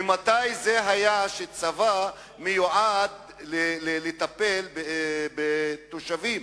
ממתי צבא מיועד לטפל בתושבים